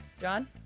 John